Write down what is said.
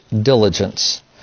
diligence